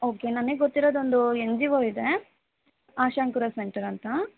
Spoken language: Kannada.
ಓಕೆ ನನಗೆ ಗೊತ್ತಿರೋದು ಒಂದು ಎನ್ ಜಿ ಓ ಇದೆ ಆಶಂಕುರ ಸೆಂಟರ್ ಅಂತ